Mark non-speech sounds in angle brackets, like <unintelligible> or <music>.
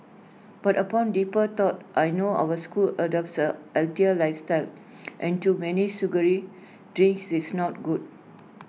but upon deeper thought I know our school adopts A <unintelligible> lifestyle and too many sugary drinks is not good